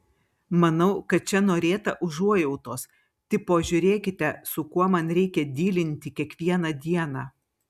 manau kad čia norėta užuojautos tipo žiūrėkite su kuo man reikia dylinti kiekvieną dieną